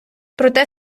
проте